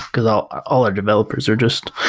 because all all our developers are just